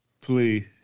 Please